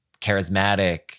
charismatic